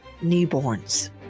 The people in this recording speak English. newborns